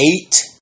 eight